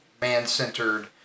man-centered